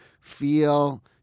feel